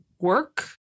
work